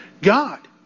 God